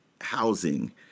housing